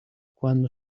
quando